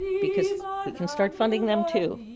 because we can start funding them too.